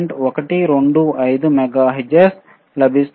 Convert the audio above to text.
125 megahertz లభిస్తుంది